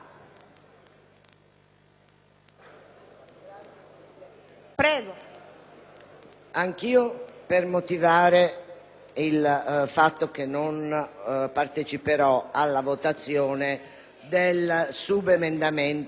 intervengo per motivare il fatto che non parteciperò alla votazione del subemendamento 35.0.800